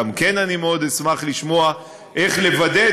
גם כן מאוד אשמח לשמוע איך לוודא,